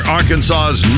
Arkansas's